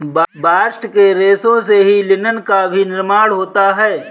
bast के रेशों से ही लिनन का भी निर्माण होता है